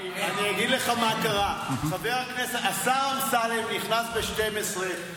אני אגיד לך מה קרה: השר אמסלם נכנס ב-12:00,